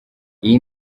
iyi